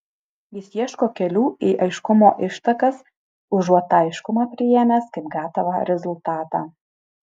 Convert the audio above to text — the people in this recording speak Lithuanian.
jis ieško kelių į aiškumo ištakas užuot tą aiškumą priėmęs kaip gatavą rezultatą